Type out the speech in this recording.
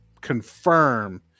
confirm